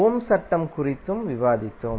ohms சட்டம் Ohm's law குறித்தும் விவாதித்தோம்